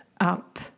up